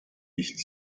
nicht